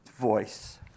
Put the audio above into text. voice